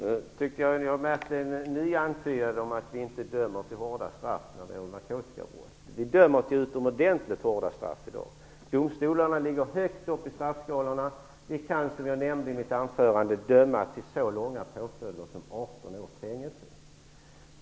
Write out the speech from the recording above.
Fru talman! Jag har tyckt mig märka en ny antydan om att vi inte dömer till hårda straff för narkotikabrott. Vi dömer i dag till utomordentligt hårda straff för narkotikabrott. Domstolarna ligger högt upp i straffskalorna. De kan, som jag nämnde i mitt anförande, döma till så långa påföljder som 18 års fängelse.